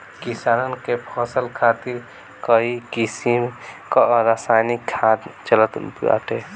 किसानन के फसल खातिर कई किसिम कअ रासायनिक खाद चलत बाटे